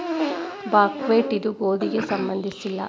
buckwheat ಇದು ಗೋಧಿಗೆ ಸಂಬಂಧಿಸಿಲ್ಲ